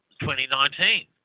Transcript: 2019